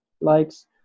likes